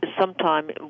Sometime